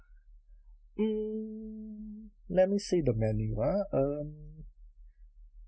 mm let me see the menu ah um